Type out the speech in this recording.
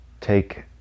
take